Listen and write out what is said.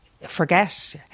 forget